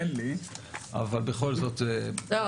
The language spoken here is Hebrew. אבל בכל זאת זה --- לא,